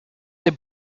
they